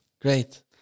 Great